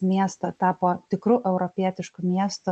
miesto tapo tikru europietišku miestu